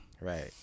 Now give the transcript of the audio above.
Right